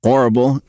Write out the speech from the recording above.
horrible